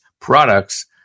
products